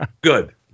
Good